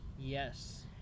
Yes